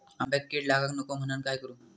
आंब्यक कीड लागाक नको म्हनान काय करू?